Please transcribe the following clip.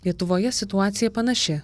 lietuvoje situacija panaši